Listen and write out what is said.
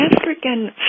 African